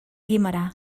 guimerà